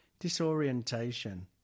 disorientation